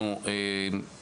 אנחנו מזהים כאן בעיה.